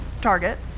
Target